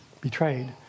betrayed